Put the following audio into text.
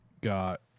got